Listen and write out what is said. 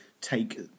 take